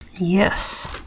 Yes